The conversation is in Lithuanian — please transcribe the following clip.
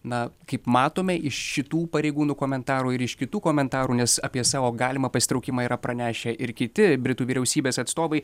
na kaip matome iš šitų pareigūnų komentarų ir iš kitų komentarų nes apie savo galimą pasitraukimą yra pranešę ir kiti britų vyriausybės atstovai